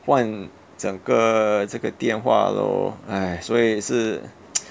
换整个这个电话 lor !aiya! 所以是